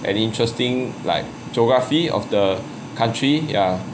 an interesting like geography of the country ya